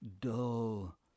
dull